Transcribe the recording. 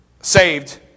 Saved